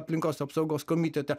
aplinkos apsaugos komitete